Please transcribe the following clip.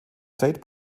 state